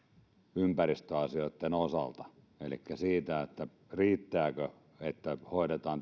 ympäristöasioitten osalta elikkä siitä riittääkö että hoidetaan